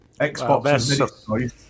Xbox